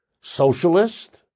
socialist